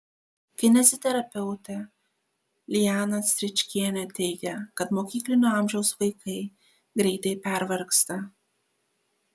kineziterapeutė liana stričkienė teigia kad mokyklinio amžiaus vaikai greitai pervargsta